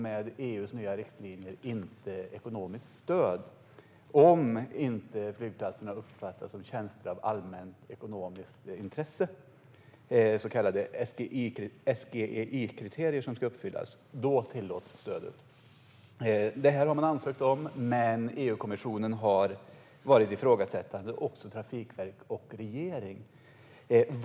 Med EU:s nya riktlinjer tillåts inte ekonomiskt stöd om flygplatserna inte uppfattas som tjänster av allmänt ekonomiskt intresse - så kallade SGEI-kriterier ska uppfyllas. Då tillåts stödet. Detta har man ansökt om, men EU-kommissionen har varit ifrågasättande. Det har också Trafikverket och regeringen varit.